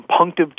compunctive